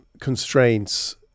constraints